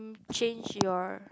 change your